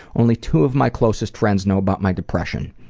only two of my closest friends know about my depression.